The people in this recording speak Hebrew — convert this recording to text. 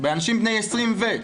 אנשים בני 20 פלוס.